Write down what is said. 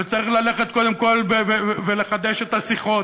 וצריך ללכת קודם כול ולחדש את השיחות,